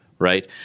right